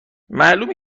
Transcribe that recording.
معلومه